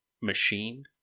machine